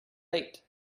late